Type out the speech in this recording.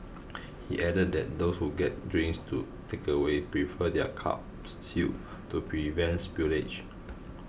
he added that those who get drinks to takeaway prefer their cups sealed to prevent spillage